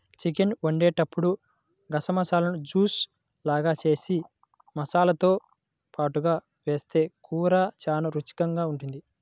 chicken వండేటప్పుడు గసగసాలను juice లాగా జేసి మసాలాతో పాటుగా వేస్తె కూర చానా రుచికరంగా ఉంటది